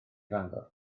fangor